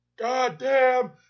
Goddamn